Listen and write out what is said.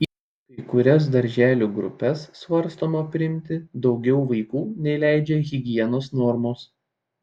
į kai kurias darželių grupes svarstoma priimti daugiau vaikų nei leidžia higienos normos